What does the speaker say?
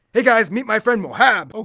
hey guys, meet my friend mohab. oh,